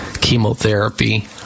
chemotherapy